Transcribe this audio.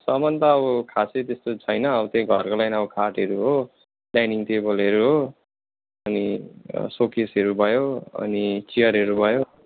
सामान त अब खासै त्यस्तो छैन अब त्यही घरको लागि अब खाटहरू हो डाइनिङ टेबलहरू हो अनि सोकेसहरू भयो अनि चियरहरू भयो